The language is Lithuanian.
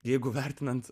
jeigu vertinant